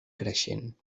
creixent